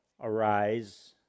arise